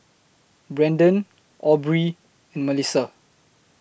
Brendon Aubree and Mellissa